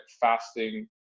fasting